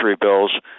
bills